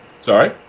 Sorry